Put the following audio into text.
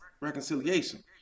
reconciliation